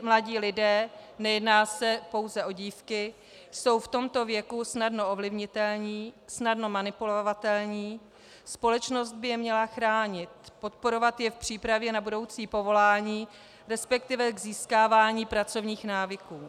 Mladí lidé, nejedná se pouze o dívky, jsou v tomto věku snadno ovlivnitelní, snadno manipulovatelní, společnost by je měla chránit, podporovat je v přípravě na budoucí povolání, resp. k získávání pracovních návyků.